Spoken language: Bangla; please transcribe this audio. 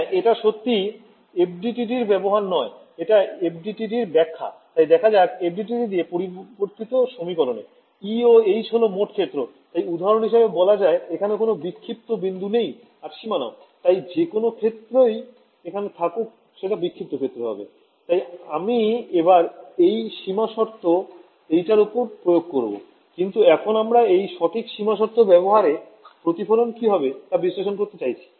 তাই আমি এবার এই সীমা শর্ত এইটার ওপর প্রয়োগ করবো কিন্তু এখন আমরা এই সঠিক সীমা শর্ত ব্যবহারে প্রতিফলন কি হবে টা বিশ্লেষণ করতে চলেছি